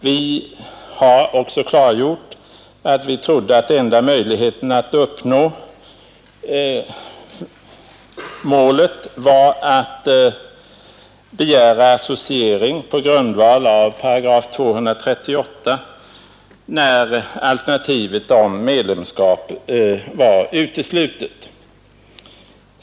Vi har också klargjort, att vi trodde att enda möjligheten att uppnå målet var att begära associering på grundval av paragraf 238, när alternativet medlemskap var uteslutet.